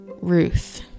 Ruth